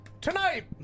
tonight